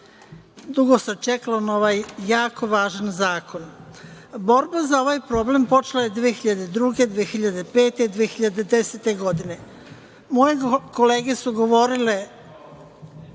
Dugo se čekalo na ovaj jedan jako važan zakon. Borba za ovaj problem počela je 2002, 2005, 2010. godine. Moje kolege su govorile